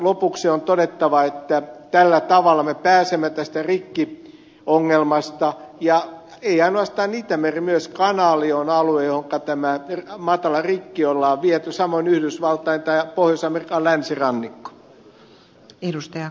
lopuksi on todettava että tällä tavalla me pääsemme tästä rikkiongelmasta eikä ainoastaan itämeri vaan myös kanaali on alue johonka tämä matala rikki on viety samoin yhdysvaltain tai pohjois amerikan itärannikko